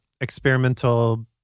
experimental